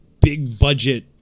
big-budget